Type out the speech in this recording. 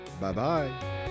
Bye-bye